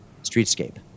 streetscape